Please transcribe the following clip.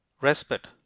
Respite